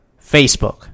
facebook